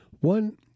One